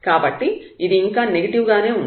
కాబట్టి ఇది ఇంకా నెగిటివ్ గానే ఉంది